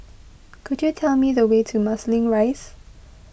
could you tell me the way to Marsiling Rise